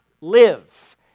live